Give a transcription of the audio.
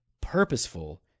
purposeful